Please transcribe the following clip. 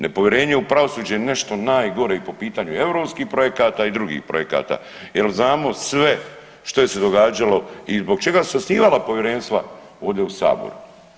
Nepovjerenje u pravosuđe je nešto najgore i po pitanju europskih projekata i drugih projekata jer znamo sve što je se događalo i zbog čega su se osnivala povjerenstva ovdje u Saboru.